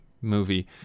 movie